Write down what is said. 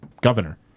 governor